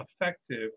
effective